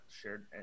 shared